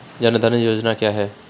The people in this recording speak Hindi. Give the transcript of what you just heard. जनधन योजना क्या है?